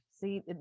See